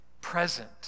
present